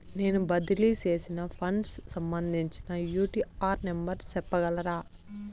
నేను బదిలీ సేసిన ఫండ్స్ సంబంధించిన యూ.టీ.ఆర్ నెంబర్ సెప్పగలరా